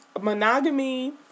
monogamy